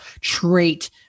trait